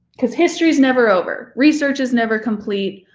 because history is never over. research is never complete.